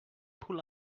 pool